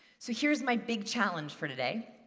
so here's my big challenge for today.